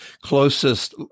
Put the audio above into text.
closest